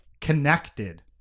connected